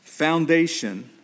foundation